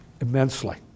immensely